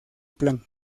plan